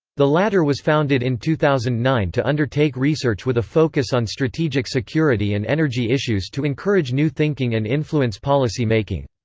the latter was founded in two thousand and nine to undertake research with a focus on strategic security and energy issues to encourage new thinking and influence policy-making.